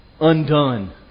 undone